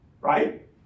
Right